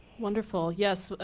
wonderful. yes,